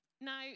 Now